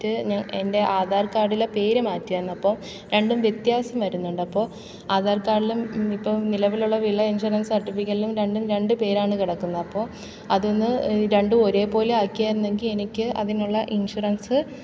ട്ട് എന്റെ ആധാർ കാഡിലെ പേര് മാറ്റിയായിരുന്നു അപ്പം രണ്ടും വ്യത്യാസം വരുന്നുണ്ട് അപ്പോൾ ആധാർക്കാഡിലും ഇപ്പം നിലവിലുള്ള വിള ഇൻഷുറൻസ് സർട്ടിഫിക്കറ്റിലും രണ്ടും രണ്ട് പേരാണ് കിടക്കുന്നത് അപ്പോൾ അതൊന്ന് രണ്ടും ഒരേപോലെ ആക്കിയാരുന്നെങ്കിൽ എനിക്ക് അതിനുള്ള ഇൻഷുറൻസ്സ്